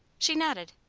she nodded.